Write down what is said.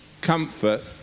comfort